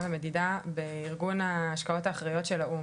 ומדידה בארגון ההשקעות האחראיות של האו"ם